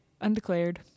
undeclared